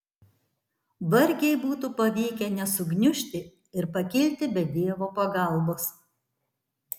vargiai būtų pavykę nesugniužti ir pakilti be dievo pagalbos